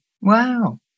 Wow